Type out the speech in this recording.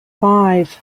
five